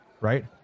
right